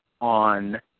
on